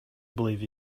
believe